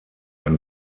ein